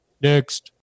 next